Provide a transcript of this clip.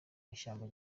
mashyamba